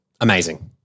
amazing